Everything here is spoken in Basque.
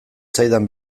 zaidan